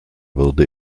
würde